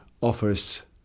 offers